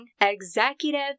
executive